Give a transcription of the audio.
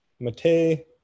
Matei